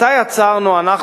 מתי עצרנו אנחנו,